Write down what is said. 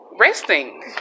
resting